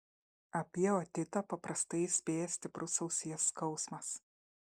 apie otitą paprastai įspėja stiprus ausies skausmas